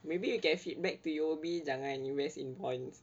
maybe you can feedback to U_O_B jangan invest in bonds